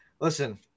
listen